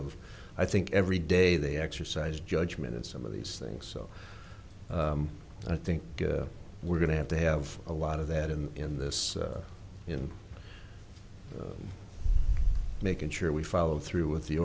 of i think every day they exercise judgment in some of these things so i think we're going to have to have a lot of that and in this in making sure we follow through with the